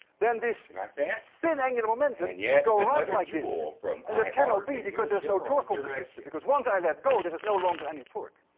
then this spin angular momentum would go around like this and that cannot be because there's no torque on the system, because once i let go, there is no longer any torque.